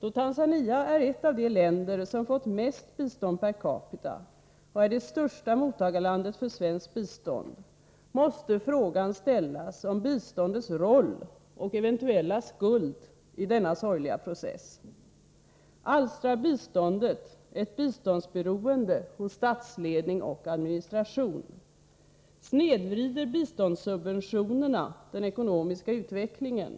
Då Tanzania är ett av de länder som fått mest bistånd per capita och är det största mottagarlandet för svenskt bistånd, måste frågan ställas om biståndets roll och eventuella skuld i denna sorgliga process. Alstrar biståndet ett biståndsberoende hos statsledning och administration? Snedvrider biståndssubventionerna den ekonomiska utvecklingen?